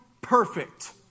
perfect